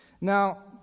Now